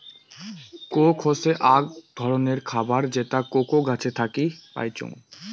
Coke হসে আক ধররনের খাবার যেটা কোকো গাছ থাকি পাইচুঙ